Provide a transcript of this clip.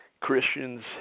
Christians